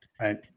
right